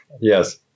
Yes